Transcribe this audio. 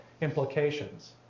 implications